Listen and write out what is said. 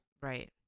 Right